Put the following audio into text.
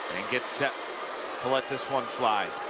gets set to thlet this one fly.